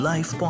Life